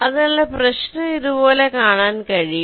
അതിനാൽ പ്രശ്നം ഇതുപോലെ കാണാൻ കഴിയും